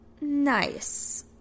nice